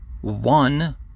One